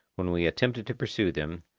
when we attempted to pursue them,